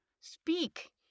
speak